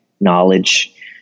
knowledge